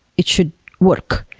it should work.